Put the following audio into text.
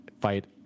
fight